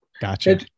Gotcha